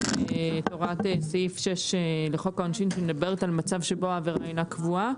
יש את הוראת סעיף 6 לחוק העונשין שמדברת על מצב שבו העבירה אינה קבועה.